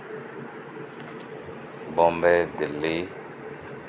Bombay Delhi